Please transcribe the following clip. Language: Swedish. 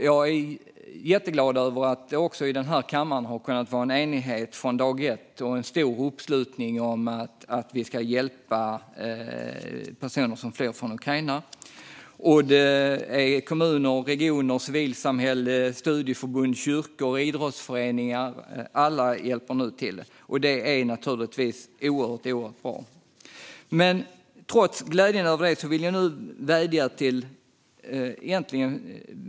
Jag är glad över att det i kammaren har funnits en enighet från dag ett och en stor uppslutning runt att hjälpa personer som flyr från Ukraina. Kommuner, regioner och civilsamhälle, studieförbund, kyrkor, idrottsföreningar - alla hjälper till. Det är naturligtvis oerhört bra.